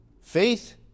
Faith